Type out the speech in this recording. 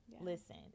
Listen